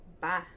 Bye